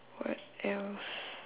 what else